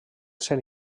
ser